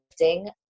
lifting